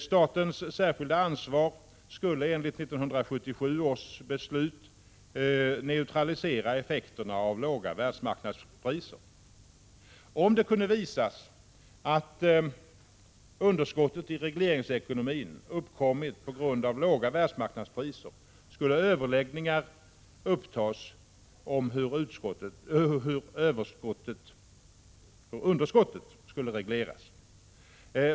Statens särskilda ansvar skulle enligt 1977 års beslut neutralisera effekterna av låga världsmarknadspriser. Om det kunde visas att underskottet i regleringsekonomin uppkommit på grund av låga världsmarknadspriser skulle överläggningar upptas om hur underskottet skulle regleras.